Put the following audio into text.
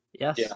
Yes